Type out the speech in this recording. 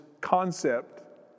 concept